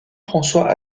françois